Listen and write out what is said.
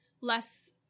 less